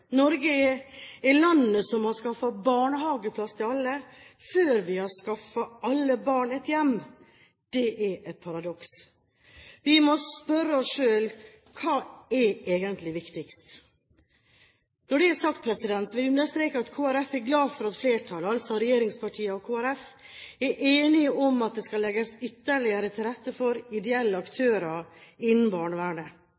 Norge er landet som har skaffet barnehageplass til alle, før vi har skaffet alle barn et hjem. Det er et paradoks. Vi må spørre oss selv hva som egentlig er viktigst. Når det er sagt, vil jeg understreke at Kristelig Folkeparti er glad for at flertallet, altså regjeringspartiene og Kristelig Folkeparti, er enige om at det skal legges ytterligere til rette for ideelle